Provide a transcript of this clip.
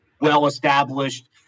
well-established